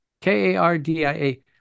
K-A-R-D-I-A